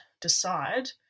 decide